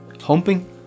Humping